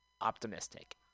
optimistic